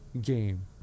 game